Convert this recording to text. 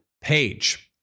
page